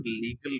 legal